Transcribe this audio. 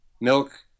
Milk